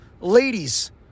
ladies